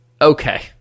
okay